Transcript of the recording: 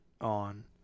on